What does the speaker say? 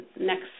Next